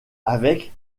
avec